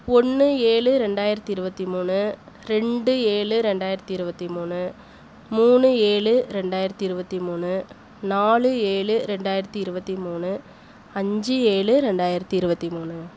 ஒன்று ஏழு ரெண்டாயிரத்தி இருபத்தி மூணு ரெண்டு ஏழு ரெண்டாயிரத்தி இருபத்தி மூணு மூணு ஏழு ரெண்டாயிரத்தி இருபத்தி மூணு நாலு ஏழு ரெண்டாயிரத்தி இருபத்தி மூணு அஞ்சு ஏழு ரெண்டாயிரத்தி இருபத்தி மூணு